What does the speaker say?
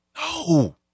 No